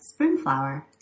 Springflower